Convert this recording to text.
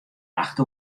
acht